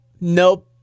Nope